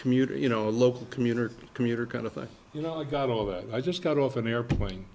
commuter you know local community commuter kind of thing you know i got all that i just got off an airplane